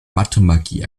mathemagie